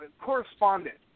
correspondent